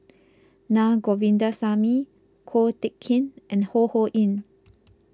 Naa Govindasamy Ko Teck Kin and Ho Ho Ying